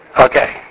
Okay